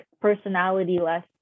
personality-less